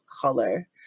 color